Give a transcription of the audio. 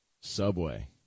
Subway